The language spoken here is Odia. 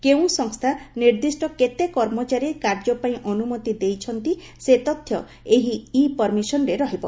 କେଉଁ ସଂସ୍ତା ନିର୍ଦ୍ଦିଷ୍ କେତେ କର୍ମଚାରୀ କାର୍ଯ୍ୟ ପାଇଁ ଅନ୍ମତି ଦେଇଛନ୍ତି ସେ ତଥ୍ୟ ଏହି ଇ ପର୍ମିଶନ୍ରେ ରହିବ